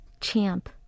Champ